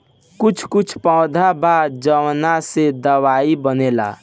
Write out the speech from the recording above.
कुछ कुछ पौधा बा जावना से दवाई बनेला